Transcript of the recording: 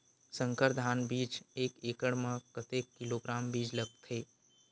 संकर धान बीज एक एकड़ म कतेक किलोग्राम बीज लगथे?